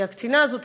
כי הקצינה הזאת,